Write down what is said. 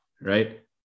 right